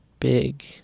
Big